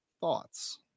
Thoughts